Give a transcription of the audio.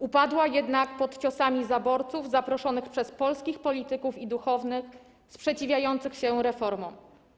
Upadła jednak pod ciosami zaborców zaproszonych przez polskich polityków i duchownych sprzeciwiających się reformom.